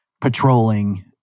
patrolling